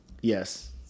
Yes